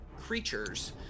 creatures